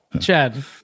Chad